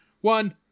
One